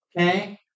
Okay